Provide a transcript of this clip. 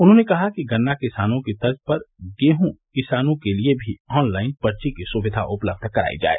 उन्होंने कहा कि गन्ना किसानों की तर्ज पर गेहूँ किसानों के लिये भी ऑनलाइन पर्ची की सुविधा उपलब्ध करायी जाय